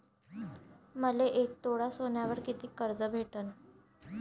मले एक तोळा सोन्यावर कितीक कर्ज भेटन?